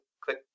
click